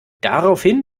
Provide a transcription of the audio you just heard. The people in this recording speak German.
daraufhin